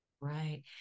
Right